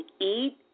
eat